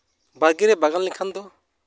ᱵᱟᱲᱜᱮ ᱨᱮ ᱵᱟᱜᱟᱱ ᱞᱮᱠᱷᱟᱱ ᱫᱚ